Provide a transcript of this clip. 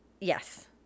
Yes